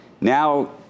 Now